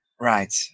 Right